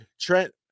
Trent